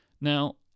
Now